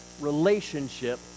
relationship